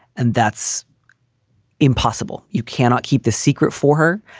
and that's impossible. you cannot keep the secret for her.